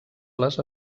les